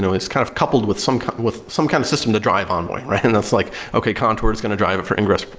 it's kind of coupled with some kind of with some kind of system to drive envoy, right? and that's like, okay, contour is going to drive it for ingress,